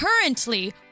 currently